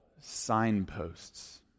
signposts